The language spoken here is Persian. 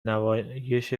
نمایش